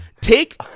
take